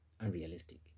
unrealistic